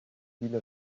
viele